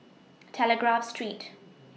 Telegraph Street